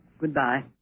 Goodbye